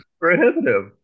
prohibitive